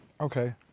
Okay